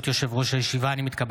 אני קובע